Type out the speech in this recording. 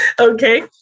Okay